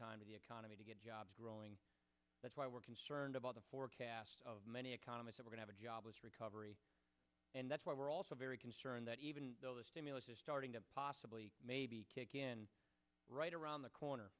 time to the economy to get jobs growing that's why we're concerned about the forecast of many economists have a jobless recovery and that's why we're also very concerned that even though the stimulus is starting to possibly maybe kick in right around the corner